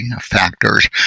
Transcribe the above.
Factors